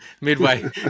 Midway